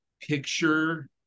picture